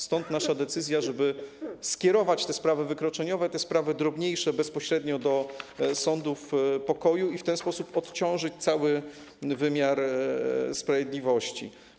Stąd nasza decyzja, żeby skierować te sprawy wykroczeniowe, te sprawy drobniejsze bezpośrednio do sądów pokoju i w ten sposób odciążyć cały wymiar sprawiedliwości.